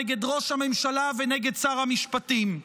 נגד ראש הממשלה ונגד שר המשפטים: